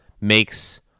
makes